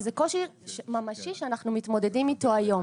זה קושי ממשי שאנחנו מתמודדים איתו היום.